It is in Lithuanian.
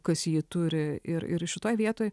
kas jį turi ir ir šitoj vietoj